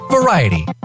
Variety